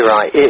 Right